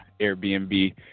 Airbnb